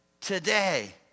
today